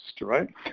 right